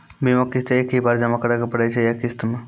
बीमा किस्त एक ही बार जमा करें पड़ै छै या किस्त मे?